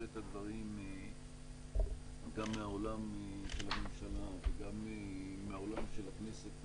את הדברים גם מהעולם של הממשלה וגם מהעולם של הכנסת,